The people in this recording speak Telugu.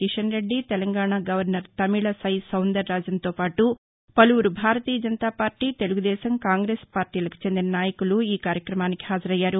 కిషన్రెడ్ది తెలంగాణ గవర్నర్ తమిళి సై సౌందరరాజన్తోపాటు పలువురు భారతీయ జనతా పార్టీ తెలుగుదేశం కాంగ్రెస్ పార్టీలకు చెందిన నాయకులు హాజరయ్యారు